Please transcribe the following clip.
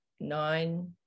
nine